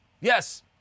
Yes